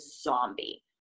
zombie